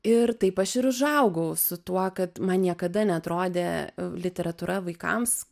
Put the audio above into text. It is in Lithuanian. ir taip aš ir užaugau su tuo kad man niekada neatrodė literatūra vaikams